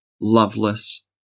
loveless